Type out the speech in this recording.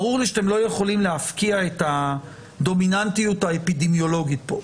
ברור לי שאתם לא יכולים להפקיע את הדומיננטיות האפידמיולוגית פה,